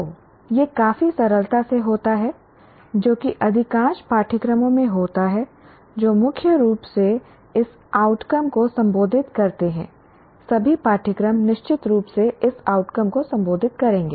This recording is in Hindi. तो यह काफी सरलता से होता है जो कि अधिकांश पाठ्यक्रमों में होता है जो मुख्य रूप से इस आउटकम को संबोधित करते हैं सभी पाठ्यक्रम निश्चित रूप से इस आउटकम को संबोधित करेंगे